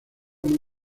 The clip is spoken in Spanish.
muy